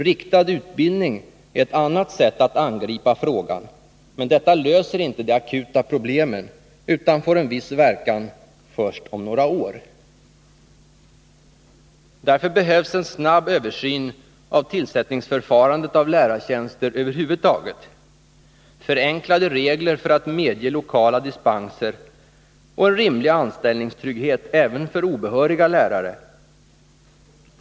Riktad utbildning är ett annat sätt att angripa frågan, men detta löser inte de akuta problemen utan får en viss verkan först om några år. Därför behövs det en snabb översyn av förfarandet vid tillsättandet av lärartjänster över huvud taget, förenklade regler för att medge lokala dispenser och en rimlig anställningstrygghet även för obehöriga lärare.